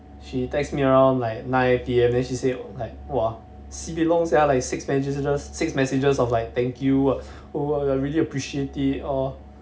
she text me around like nine P_M then she said like !wah! sibeh long sia like six messages six messages of like thank you what I really appreciate it or